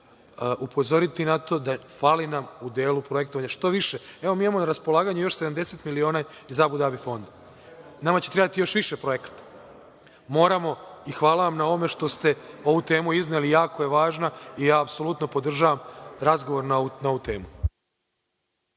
upozoriti na to da nam fali u delu projektovanja što više. Evo, mi imamo na raspolaganju još 70 miliona iz Abudabi fonda, nama će trebati još više projekata. Moramo i hvala vam na ovome što ste ovu temu izneli. Jako je važna i apsolutno podržavam razgovor na ovu temu.